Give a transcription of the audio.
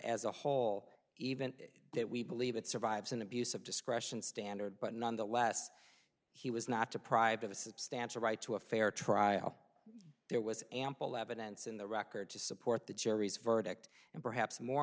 as a whole event that we believe it survives an abuse of discretion standard but nonetheless he was not deprived of a substantial right to a fair trial there was ample evidence in the record to support the jury's verdict and perhaps more